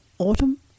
Autumn